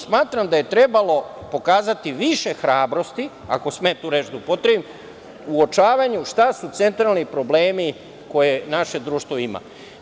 Smatram da je trebalo pokazati više hrabrosti, ako smem tu reč da upotrebim, u uočavanju šta su centralni problemi koje naše društvo ima.